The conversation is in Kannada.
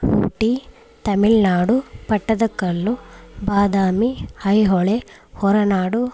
ಊಟಿ ತಮಿಳುನಾಡು ಪಟ್ಟದಕಲ್ಲು ಬಾದಾಮಿ ಐಹೊಳೆ ಹೊರನಾಡು